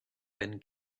then